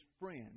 friend